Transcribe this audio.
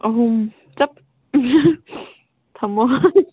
ꯑꯍꯨꯝ ꯆꯞ ꯊꯝꯃꯣ